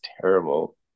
terrible